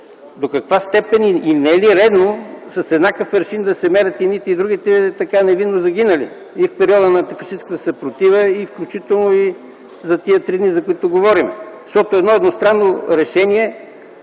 до каква степен и не е ли редно с еднакъв аршин да се мерят едните и другите невинно загинали – в периода на антифашистката съпротива, включително за тези три дни, за които говорим. Едно едностранно решение,